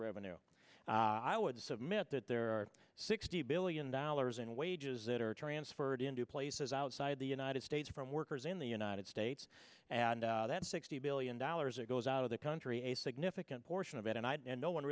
revenue i would submit that there are sixty billion dollars in wages that are transferred into places outside the united states from workers in the united states and that sixty billion dollars it goes out of the country a significant portion of it and i do and no one